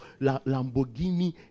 Lamborghini